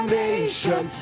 nation